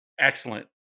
excellent